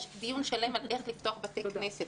יש דיון שלם על איך לפתוח בתי כנסת.